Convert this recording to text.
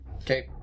Okay